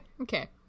okay